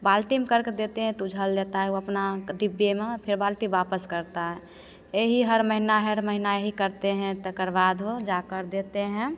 बाल्टी में करके देते हैं तो उझल देता है वह अपना डिब्बे में फेर बाल्टी वापस करता है यही हर महीना हर महीना यही करते हैं तकर बाद वह जाकर देते हैं